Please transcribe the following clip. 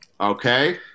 Okay